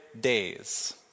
days